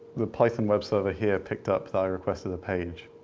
the python web server here picked up that i requested a page.